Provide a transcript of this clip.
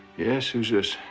yes, who's this?